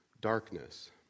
darkness